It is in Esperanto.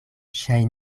ŝiaj